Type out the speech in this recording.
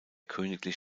königlich